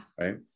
Right